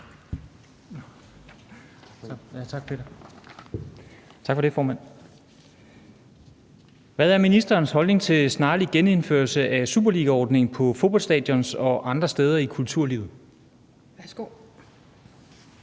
Tak for det, formand. Hvad er ministerens holdning til en snarlig genindførelse af »Superligaordningen« på fodboldstadioner og andre steder i kulturlivet? Kl.